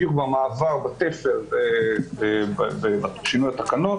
בדיוק בתפר בשינוי התקנות,